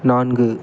நான்கு